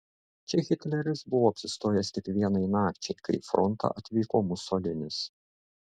čia hitleris buvo apsistojęs tik vienai nakčiai kai į frontą atvyko musolinis